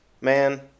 man